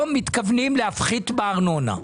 לא מתכוונים להפחית בארנונה.